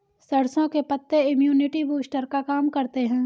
सरसों के पत्ते इम्युनिटी बूस्टर का काम करते है